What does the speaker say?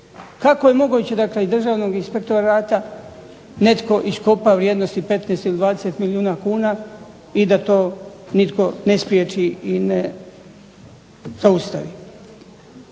Kako je moguće da kraj Državnog inspektorata netko iskopa vrijednosti 15 ili 20 milijuna kuna i da to nitko ne spriječi i ne zaustavi?